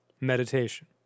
meditation